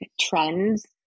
trends